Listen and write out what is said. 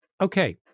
Okay